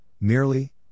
Merely